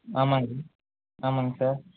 ஆமாங்க ஆமாங்க சார்